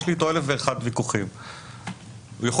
יש לי איתו אלף אחד ויכוחים.